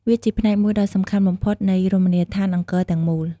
វាជាផ្នែកមួយដ៏សំខាន់បំផុតនៃរមណីយដ្ឋានអង្គរទាំងមូល ។